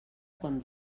quan